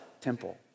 temple